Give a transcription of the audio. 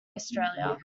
australia